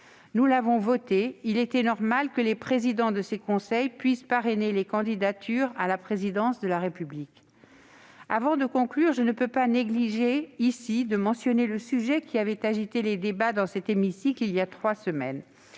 Nous l'avons voté. Il était normal que les présidents de ces conseils puissent parrainer les candidatures à la présidence de la République. Avant de conclure, je ne peux négliger de mentionner le sujet qui a agité les débats dans cet hémicycle voilà trois semaines.